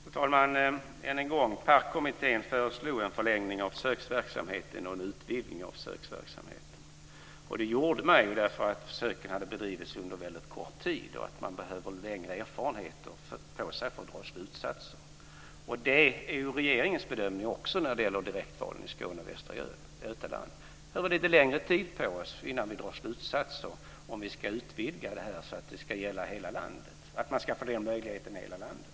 Fru talman! Än en gång kan jag säga att PARK föreslog en förlängning och en utvidgning av försöksverksamheten. Det gjorde man därför att försöken hade bedrivits under en väldigt kort tid och att man behövde mer erfarenhet för att dra slutsatser. Det är också regeringens bedömning när det gäller direktval i Skåne och Västra Götaland, dvs. att vi behöver lite längre tid på oss innan vi drar slutsatser om huruvida vi ska utvidga detta till att gälla hela landet och att man i hela landet ska få denna möjlighet.